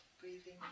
breathing